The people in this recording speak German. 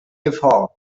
gefahr